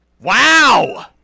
Wow